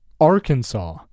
Arkansas